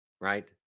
right